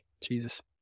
Jesus